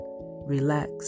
relax